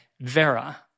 Vera